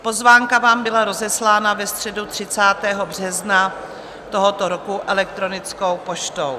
Pozvánka vám byla rozeslána ve středu 30. března tohoto roku elektronickou poštou.